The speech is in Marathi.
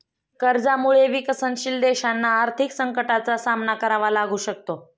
कर्जामुळे विकसनशील देशांना आर्थिक संकटाचा सामना करावा लागू शकतो